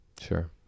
sure